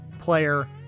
player